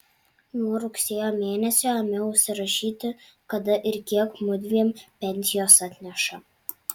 nuo rugsėjo mėnesio ėmiau užsirašyti kada ir kiek mudviem pensijos atneša